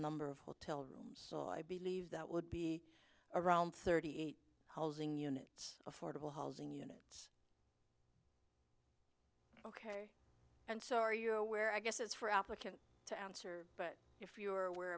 number of hotel rooms i believe that would be around thirty eight housing units affordable housing units ok and so are you where i guess it's for applicants to answer but if you are aware